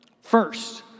first